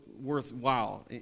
worthwhile